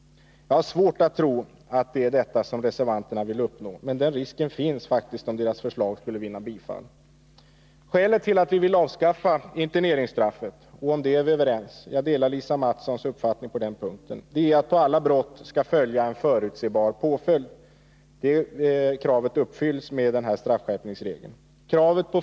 Jag har svårt att tro att det är detta reservanterna vill uppnå, men den risken finns om deras förslag skulle vinna bifall. Skälet till att vi vill avskaffa interneringsstraffet — och om detta är vi överens; jag delar Lisa Mattsons uppfattning på den punkten — är att på alla brott skall följa en förutsebar påföljd. Det kravet uppfylls med den här straffskärpningsregeln.